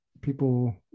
people